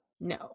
No